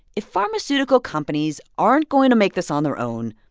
if pharmaceutical companies aren't going to make this on their own,